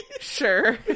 Sure